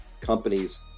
companies